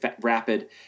rapid